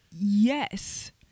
Yes